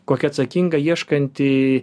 kokia atsakinga ieškanti